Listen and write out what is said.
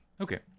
Okay